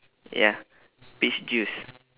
ya peach juice